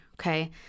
okay